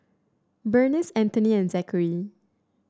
Berniece Anthoney and Zackary